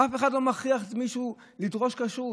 אף אחד לא מכריח מישהו לדרוש כשרות.